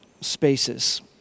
spaces